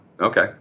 Okay